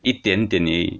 一点点而已